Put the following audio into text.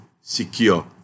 secure